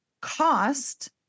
cost